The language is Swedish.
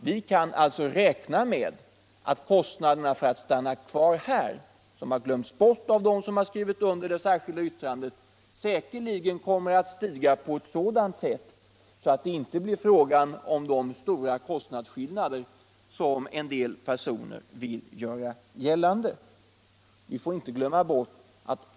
Vi kan alltså räkna med att kostnaderna för att stanna kvar här, som har glömts bort av dem som skrivit under det särskilda yttrandet, kommer all stiga på sådant säll all det inte blir fråga om den stora skillnad i kostnader som en del vill göra gällande.